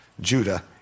Judah